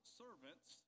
servants